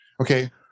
Okay